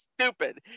stupid